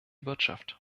wirtschaft